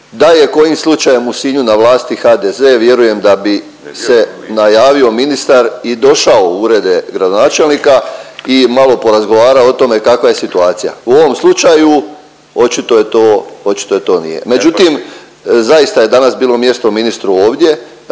Da je kojim slučajem u Sinju na vlasti HDZ vjerujem da bi se najavio ministar i došao u urede gradonačelnika i malo porazgovarao o tome kakva je situacija. U ovom slučaju očito je to, očito je to nije, međutim zaista je danas bilo mjesto ministru ovdje,